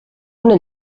una